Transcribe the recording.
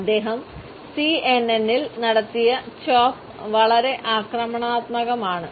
അദ്ദേഹം സിഎൻഎൻ ഇൽ വളരെ ആക്രമണാത്മകമാണ്